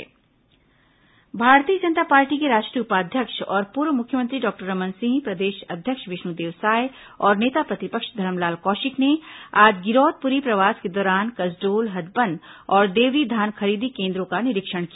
भाजपा धान खरीदी निरीक्षण भारतीय जनता पार्टी के राष्ट्रीय उपाध्यक्ष और पूर्व मुख्यमंत्री डॉक्टर रमन सिंह प्रदेश अध्यक्ष विष्णुदेव साय और नेता प्रतिपक्ष धरमलाल कौशिक ने आज गिरौदपुरी प्रवास के दौरान कसडोल हथबंध और देवरी धान खरीदी केन्द्रों का निरीक्षण किया